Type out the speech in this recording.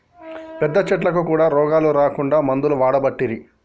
పెద్ద చెట్లకు కూడా రోగాలు రాకుండా మందులు వాడబట్టిరి